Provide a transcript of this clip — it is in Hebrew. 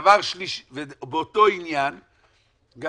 ובאותו עניין גם